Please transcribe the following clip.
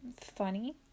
funny